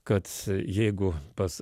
kad jeigu pas